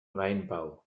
weinbau